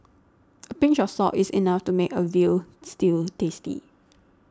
a pinch of salt is enough to make a Veal Stew tasty